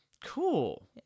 Cool